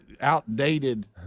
outdated